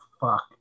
fuck